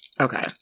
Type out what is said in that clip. Okay